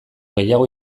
gehiago